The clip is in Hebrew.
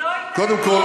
קודם כול,